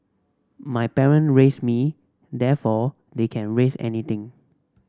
my parent raised me therefore they can raise anything